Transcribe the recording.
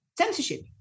censorship